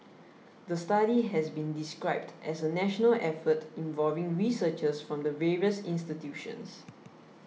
the study has been described as a national effort involving researchers from the various institutions